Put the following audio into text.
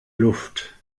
luft